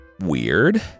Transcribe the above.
weird